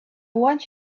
want